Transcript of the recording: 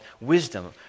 wisdom